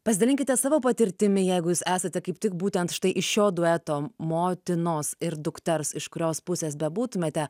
pasidalinkite savo patirtimi jeigu jūs esate kaip tik būtent štai iš šio dueto motinos ir dukters iš kurios pusės bebūtumėte